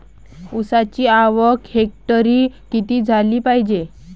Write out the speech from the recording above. ऊसाची आवक हेक्टरी किती झाली पायजे?